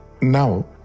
Now